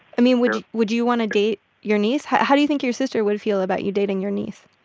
i mean, would would you want to date your niece? how how do you think your sister would feel about you dating your niece?